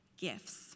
gifts